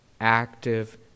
active